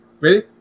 Ready